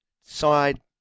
side